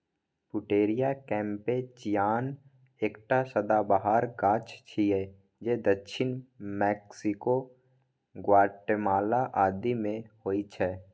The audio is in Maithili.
पुटेरिया कैम्पेचियाना एकटा सदाबहार गाछ छियै जे दक्षिण मैक्सिको, ग्वाटेमाला आदि मे होइ छै